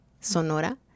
Sonora